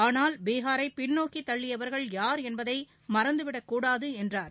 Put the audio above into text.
ஆனால் பீகாரை பின்நோக்கி தள்ளியவர்கள் யார் என்பதை மறந்துவிடக்கூடாது என்றார்